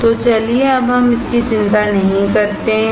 तो चलिए अब हम इसकी चिंता नहीं करते हैं